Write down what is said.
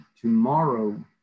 tomorrow